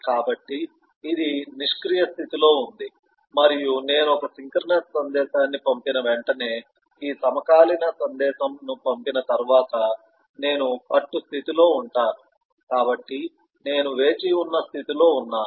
కాబట్టి ఇది నిష్క్రియ స్థితిలో ఉంది మరియు నేను ఒక సింక్రోనస్ సందేశాన్ని పంపిన వెంటనే ఈ సమకాలీన సందేశం ను పంపిన తర్వాత నేను పట్టు స్థితిలో ఉంటాను కాబట్టి నేను వేచి ఉన్న స్థితిలో ఉన్నాను